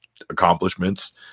accomplishments